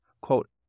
quote